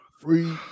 free